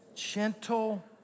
gentle